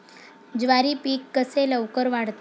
ज्वारी पीक कसे लवकर वाढते?